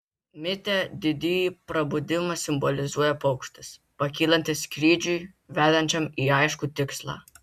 mite didįjį prabudimą simbolizuoja paukštis pakylantis skrydžiui vedančiam į aiškų tikslą